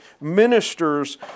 ministers